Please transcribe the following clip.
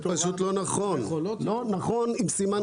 זה פשוט לא נכון עם סימן קריאה.